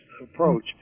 approach